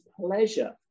pleasure